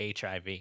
HIV